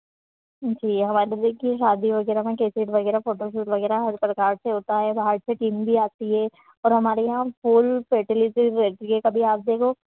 जी हमारे देखिए शादी वगैरह में कैसेट वगैरह फ़ोटो शूट वगैरह हर प्रकार से होता है बाहर से टीम भी आती है और हमारे यहाँ फ़ुल फै़सिलिटीज़ रहती है कभी आप देखो